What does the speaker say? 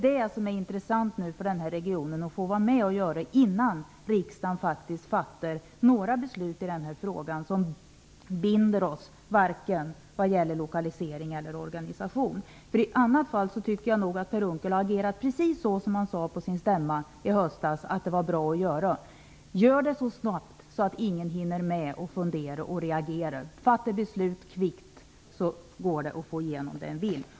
Det som är intressant för den här regionen är ju att få vara med och påverka innan riksdagen fattar några beslut i den här frågan, beslut som binder oss vad gäller lokalisering och organisation. I annat fall tycker jag att Per Unckel har agerat precis som han sade på sin stämma i höstas att det var bra att agera: Gör det så snabbt att ingen hinner med att fundera och reagera! Om man fattar beslut kvickt, kan man få igenom det man vill.